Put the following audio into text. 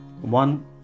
One